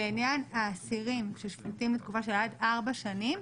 לעניין האסירים ששפוטים לתקופה של עד ארבע שנים,